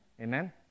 Amen